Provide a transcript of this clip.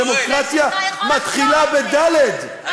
ודמוקרטיה מתחילה בדל"ת,